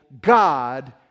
God